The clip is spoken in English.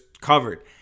covered